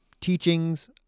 teachings—